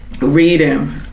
reading